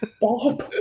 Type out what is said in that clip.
Bob